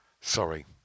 Sorry